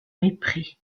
mépris